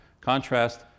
Contrast